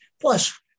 Plus